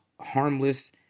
harmless